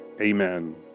amen